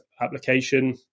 application